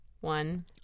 one